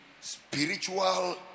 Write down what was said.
spiritual